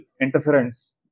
interference